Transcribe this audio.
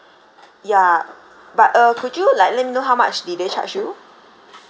ya but uh could you likely know how much did they charge you